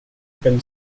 been